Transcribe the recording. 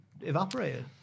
evaporated